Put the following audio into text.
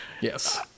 Yes